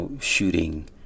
shooting